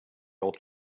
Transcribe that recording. old